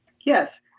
Yes